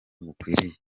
bukwiriye